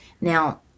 Now